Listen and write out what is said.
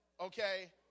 okay